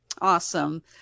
Awesome